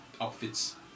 outfits